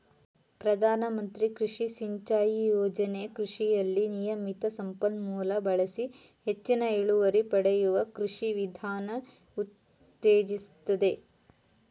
ಪ್ರಧಾನಮಂತ್ರಿ ಕೃಷಿ ಸಿಂಚಾಯಿ ಯೋಜನೆ ಕೃಷಿಯಲ್ಲಿ ನಿಯಮಿತ ಸಂಪನ್ಮೂಲ ಬಳಸಿ ಹೆಚ್ಚಿನ ಇಳುವರಿ ಪಡೆಯುವ ಕೃಷಿ ವಿಧಾನ ಉತ್ತೇಜಿಸ್ತದೆ